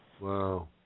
Wow